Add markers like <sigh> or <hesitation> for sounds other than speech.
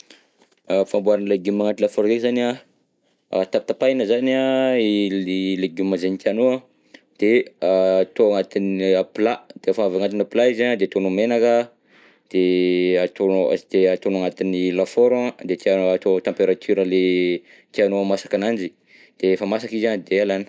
A famboarana légumes agnaty lafaoro ndreky zany an, a <hesitation> tapatapahina zany an i le legioma zegny tianao, de atao anatina plat, de rehefa avy agnatina plat izy an, de ataonao menaka an, de <hesitation> ataonao, s- dia ataonao agnatiny lafaoro an, de tianao atao temperature le tianao hahamasaka ananjy, de rehefa masaka izy an de alana.